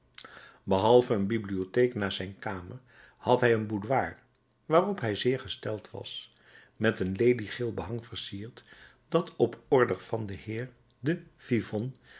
behalve een bibliotheek naast zijn kamer had hij een boudoir waarop hij zeer gesteld was met een leliegeel behang versierd dat op order van den heer de